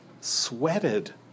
sweated